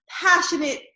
passionate